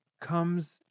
comes